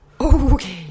okay